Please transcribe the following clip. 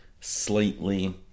slightly